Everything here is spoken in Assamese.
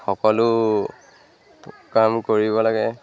সকলো কাম কৰিব লাগে